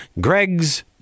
greg's